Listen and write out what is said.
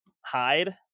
hide